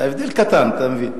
זה הבדל קטן, אתה מבין?